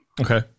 Okay